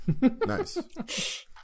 Nice